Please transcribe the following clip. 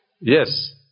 Yes